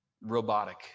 robotic